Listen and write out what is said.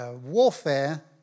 warfare